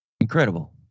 incredible